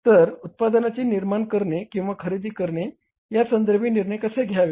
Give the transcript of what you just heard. तर उत्पादनाचे निर्माण करणे किंवा खरेदी करणे या संदर्भी निर्णय कसे घ्यावे